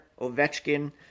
Ovechkin